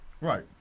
Right